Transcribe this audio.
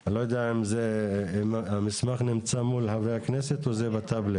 אני לא יודע אם המסמך נמצא מול חברי הכנסת או שזה בטאבלט?